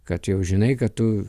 kad jau žinai kad tu